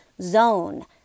zone